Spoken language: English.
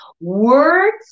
Words